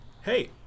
Hey